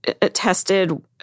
tested